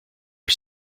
are